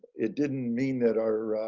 it didn't mean that our